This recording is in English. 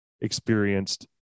experienced